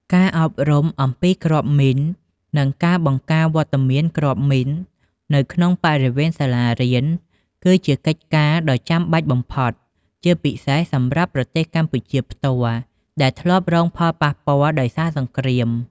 ការអប់រំអំពីគ្រាប់មីន និងការបង្ការវត្តមានគ្រាប់មីននៅក្នុងបរិវេណសាលារៀន គឺជាកិច្ចការដ៏ចាំបាច់បំផុត ជាពិសេសសម្រាប់ប្រទេសកម្ពុជាផ្ទាល់ដែលធ្លាប់រងផលប៉ះពាល់ដោយសារសង្គ្រាម។